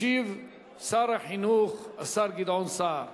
ישיב שר החינוך, השר גדעון סער.